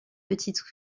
petite